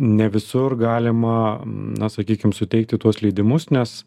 ne visur galima na sakykim suteikti tuos leidimus nes